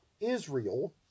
Israel